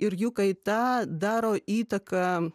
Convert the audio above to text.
ir jų kaita daro įtaką